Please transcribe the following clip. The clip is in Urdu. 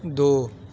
دو